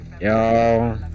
Yo